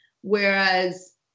whereas